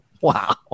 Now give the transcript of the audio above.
wow